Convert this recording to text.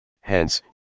hence